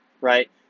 right